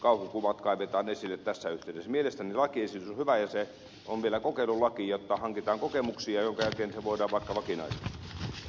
mielestäni lakiesitys on hyvä ja se on vielä kokeilulaki jotta hankitaan kokemuksia minkä jälkeen se voidaan vaikka vakinaistaa